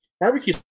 barbecue